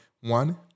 one